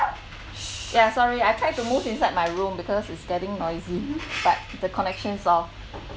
yeah sorry I tried to move inside my room because is getting noisy but the connection's off